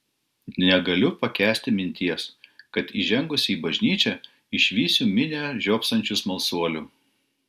negaliu pakęsti minties kad įžengusi į bažnyčią išvysiu minią žiopsančių smalsuolių